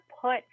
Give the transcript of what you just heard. put